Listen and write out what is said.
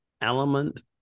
element